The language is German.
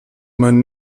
man